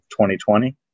2020